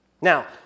Now